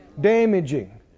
Damaging